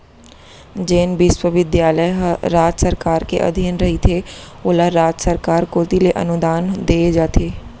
जेन बिस्वबिद्यालय ह राज सरकार के अधीन रहिथे ओला राज सरकार कोती ले अनुदान देय जाथे